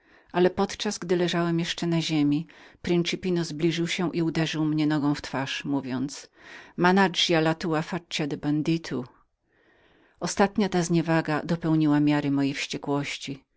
ale podczas gdy leżałem jeszcze na ziemi principino zbliżył się i uderzył mnie nogą w twarz mówiąc managia la tua facia de banditu ostatnia ta zniewaga dopełniła miary mojej wściekłości